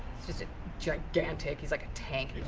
he's just ah gigantic. he's like a tank.